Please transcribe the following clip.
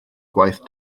gwaith